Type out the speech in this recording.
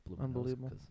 Unbelievable